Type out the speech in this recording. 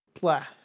blah